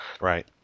Right